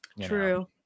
True